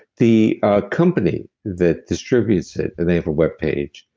the company that distributes it, and they have a webpage,